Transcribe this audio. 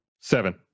Seven